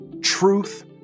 truth